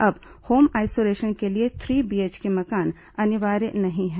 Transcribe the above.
अब home isolation के लिए थ्री बीएचके मकान अनिवार्य नहीं है